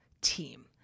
team